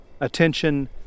Attention